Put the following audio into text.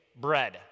bread